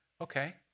Okay